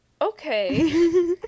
Okay